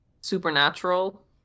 supernatural